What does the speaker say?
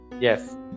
Yes